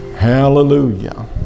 Hallelujah